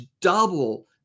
double